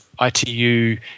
ITU